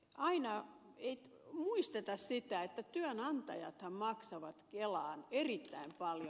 aina ei muisteta sitä että työnantajathan maksavat kelaan erittäin paljon